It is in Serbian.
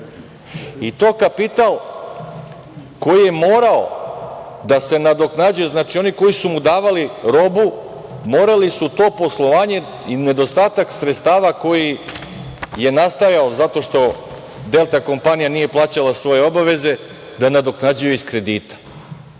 i to kapital koji je morao da se nadoknađuje. Znači, oni koji su mu davali robu morali su to poslovanje i nedostatak sredstava koji je nastajao zato što „Delta kompanija“ nije plaćala svoje obaveze da nadoknađuju iz kredita.